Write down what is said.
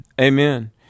amen